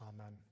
Amen